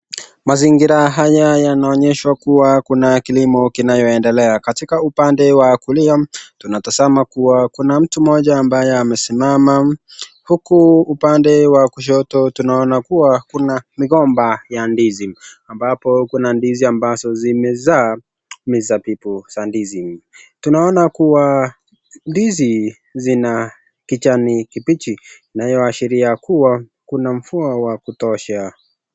Mazingira haya yanaonyesha kuwa kuna kilimo kinayoendelea. Katika upande wa kulia, tunatazama kuwa kuna mtu mmoja ambaye amesimama, huku upande wa kushoto tunaona kuwa kuna migomba ya ndizi, ambapo kuna ndizi ambazo zimezaa mizabibu za ndizi. Tunaona kuwa ndizi zina kijani kibichi inayoashiria kuwa kuna mvua wa kutosha.